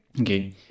okay